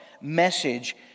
message